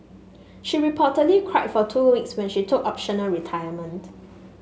she reportedly cried for two weeks when she took optional retirement